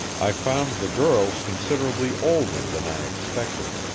i found the girls considerably older than i expected,